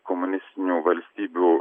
komunistinių valstybių